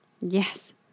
Yes